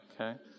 Okay